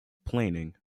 planing